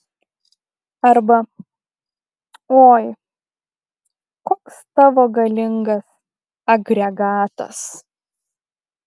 arba oi koks tavo galingas agregatas